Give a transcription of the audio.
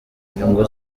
nyungu